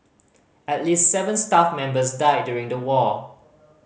at least seven staff members died during the war